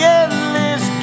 endless